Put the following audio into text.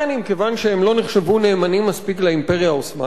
כיוון שהם לא נחשבו נאמנים מספיק לאימפריה העות'מאנית,